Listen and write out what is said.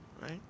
Right